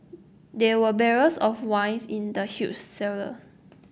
there were barrels of wines in the huge cellar